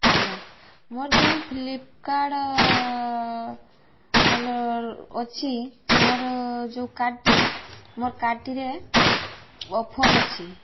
ଆଜ୍ଞା ମୋର ଯେଉଁ ଫ୍ଲିପକାର୍ଟ୍ ଅଛି ମୋର ଯେଉଁ କାର୍ଡ଼୍ଟି ମୋ କାର୍ଡ଼୍ଟିରେ ଅଫର୍ ଅଛି